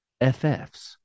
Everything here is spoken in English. FFs